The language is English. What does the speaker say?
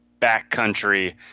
backcountry